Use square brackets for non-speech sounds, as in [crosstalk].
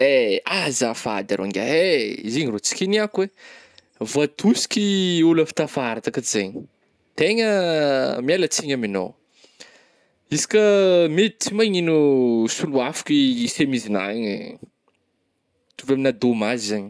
Eh, azafady arô ngiahy eh, izy igny rô tsy kigniako eh, voatosiky ih ôlo avy tafara takato zegny, tegna ah mialatsigny amignao, [noise] izy ka mety tsy magnino oh soloàfako ih i semizignao igny, mitovy aminah dômazy zany.